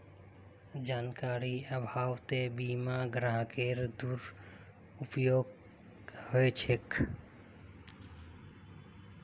जानकारीर अभाउतो बीमा ग्राहकेर दुरुपयोग ह छेक